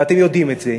ואתם יודעים את זה.